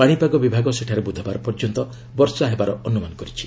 ପାଣିପାଗ ବିଭାଗ ସେଠାରେ ବୁଧବାର ପର୍ଯ୍ୟନ୍ତ ବର୍ଷା ହେବାର ଅନୁମାନ କରିଛି